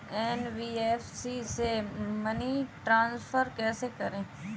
NBFC से money transfer कैसे करें?